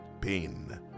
pain